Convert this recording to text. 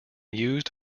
used